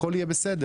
הכול יהיה בסדר.